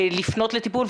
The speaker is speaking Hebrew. לפנות לטיפול,